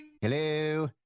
Hello